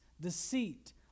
deceit